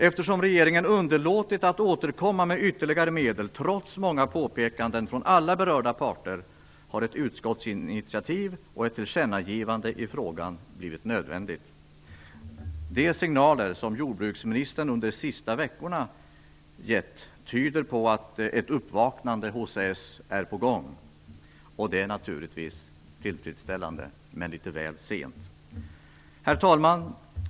Eftersom regeringen underlåtit att återkomma med ytterligare medel trots många påpekanden från alla berörda parter har ett utskottsinitiativ och ett tillkännagivande i frågan blivit nödvändigt. De signaler som jordbruksministern givit under de sista veckorna tyder på att ett uppvaknande hos socialdemokraterna är på gång. Det är naturligtvis tillfredsställande, men litet väl sent. Herr talman!